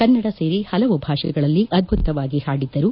ಕನ್ನಡ ಸೇರಿ ಹಲವು ಭಾಷೆಗಳಲ್ಲಿ ಅದ್ಬುತವಾಗಿ ಹಾಡಿದ್ದರು